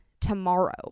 tomorrow